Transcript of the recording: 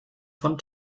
von